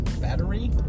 Battery